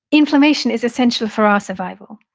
inflammation is essential for our survival.